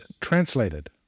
translated